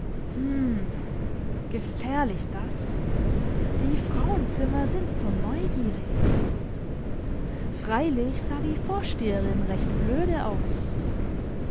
gefährlich das die frauenzimmer sind so neugierig freilich sah die vorsteherin recht blöde aus